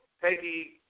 Peggy